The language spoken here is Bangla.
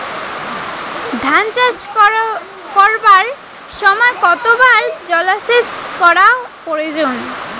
ধান চাষ করিবার সময় কতবার জলসেচ করা প্রয়োজন?